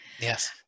Yes